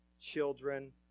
children